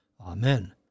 Amen